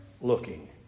looking